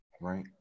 right